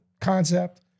concept